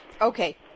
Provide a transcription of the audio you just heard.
Okay